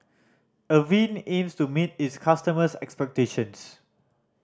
avene aims to meet its customers' expectations